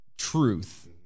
Truth